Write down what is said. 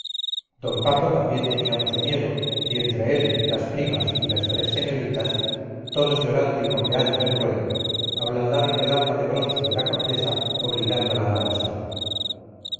d paco también tenía mucho miedo y entre él las primas y las tres señoritas todos llorando y moqueando en ruedo ablandaron el alma de bronce de la condesa obligándola a marchar